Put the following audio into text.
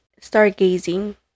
stargazing